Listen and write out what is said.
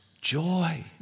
joy